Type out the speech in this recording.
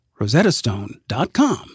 rosettastone.com